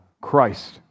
Christ